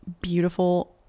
beautiful